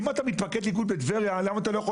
אם אתה מתפקד ליכוד בטבריה למה אתה לא יכול